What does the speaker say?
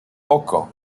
oko